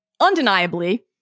undeniably